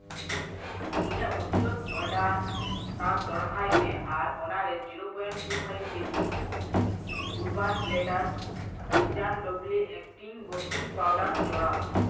ᱤᱧᱟᱹᱜ ᱢᱩᱪᱟᱹᱫ ᱚᱰᱟᱨ ᱴᱟᱜ ᱫᱚᱲᱦᱟᱭ ᱢᱮ ᱟᱨ ᱚᱱᱟ ᱨᱮ zero point two five KG Urban Platter ᱵᱷᱮᱡᱟᱱ ᱰᱚᱵᱞᱩ ᱮᱠᱴᱤᱝ ᱵᱩᱠᱤᱝ ᱯᱟᱣᱰᱟᱨ ᱡᱚᱲᱟᱣ ᱢᱮ